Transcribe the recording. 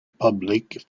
public